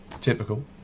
Typical